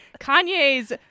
Kanye's